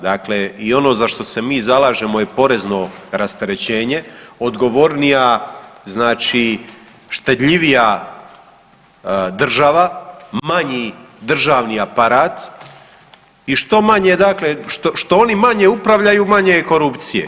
Dakle i ono za što se mi zalažemo je porezno rasterećenje, odgovornija znači štedljivija država, manji državni aparat i što manje dakle što oni manje upravljaju manje je korupcije.